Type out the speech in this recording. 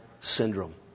syndrome